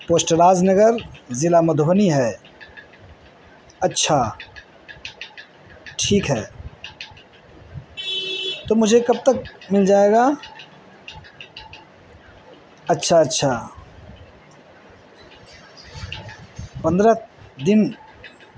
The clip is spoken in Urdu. پوسٹ راز نگر ضلع مدھونی ہے اچھا ٹھیک ہے تو مجھے کب تک مل جائے گا اچھا اچھا پندرہ دن